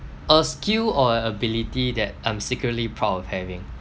a skill or a ability that I'm secretly proud of having